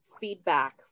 feedback